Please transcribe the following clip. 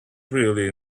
really